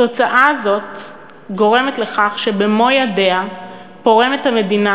התוצאה הזאת גורמת לכך שבמו ידיה פורמת המדינה